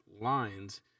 lines –